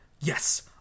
yes